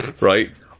Right